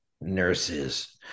nurses